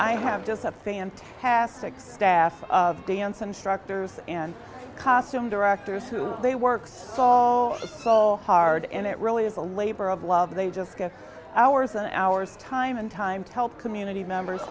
i have just a fantastic staff of dance instructors and costume directors who they work saw so hard and it really is a labor of love they just hours and hours time and time to help community members